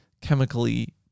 chemically